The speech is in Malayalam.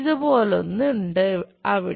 ഇതുപോലൊന്ന് ഉണ്ട് അവിടെ